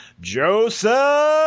Joseph